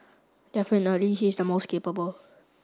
definitely he's the most capable